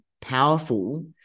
powerful